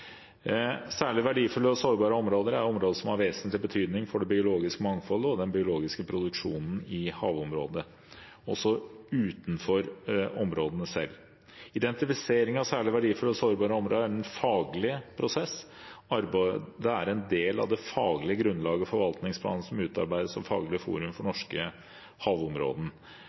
Særlig verdifulle og sårbare områder er områder som har vesentlig betydning for det biologiske mangfoldet og den biologiske produksjonen i havområdet, også utenfor områdene selv. Identifisering av særlig verdifulle og sårbare områder er en faglig prosess. Arbeidet er en del av det faglige grunnlaget for forvaltningsplanen som utarbeides av Faglig forum for norske